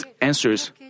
answers